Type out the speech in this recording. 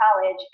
college